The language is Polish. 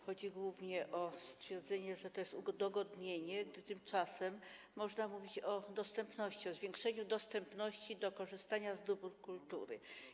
Chodzi głównie o stwierdzenie, że to jest udogodnienie, gdy tymczasem można tu mówić o dostępności, o zwiększeniu dostępu do korzystania z dóbr kultury.